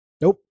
Nope